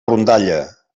rondalla